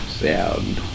sound